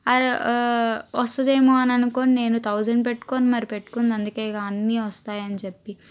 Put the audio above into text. అది వస్తదేమో అని అనుకొని నేను థౌసండ్ పెట్టుకొని మరి పెట్టుకుంది అందుకే గా అన్నీ వస్తాయని చెప్పి